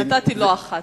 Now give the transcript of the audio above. נתתי לו אחת.